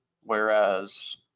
Whereas